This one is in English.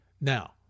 Now